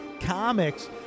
Comics